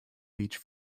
beach